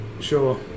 Sure